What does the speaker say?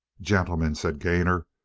gentlemen, said gainor,